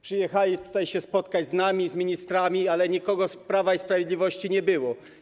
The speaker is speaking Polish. Przyjechali tutaj spotkać się z nami, z ministrami, ale nikogo z Prawa i Sprawiedliwości nie było.